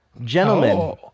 Gentlemen